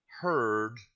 heard